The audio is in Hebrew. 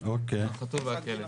והכלב.